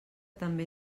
també